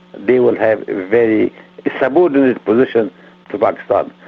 they will have very subordinate position to but but